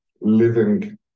Living